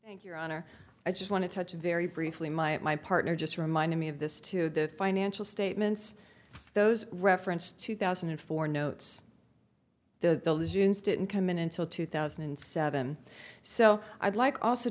hit thank your honor i just want to touch very briefly my my partner just reminded me of this to the financial statements those referenced two thousand and four notes the zunes didn't come in until two thousand and seven so i'd like also